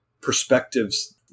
perspectives